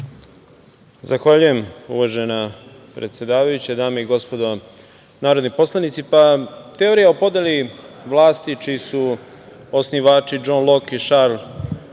Zahvaljujem uvažena predsedavajuća, dame i gospodo poslanici. Teorija o podeli vlasti, čiji su osnivači Džon Lok i Šar